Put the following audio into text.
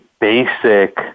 basic